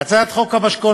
הצעת חוק לשכת עורכי-הדין (תיקון מס' 39)